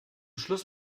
schluss